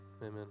Amen